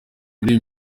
iyi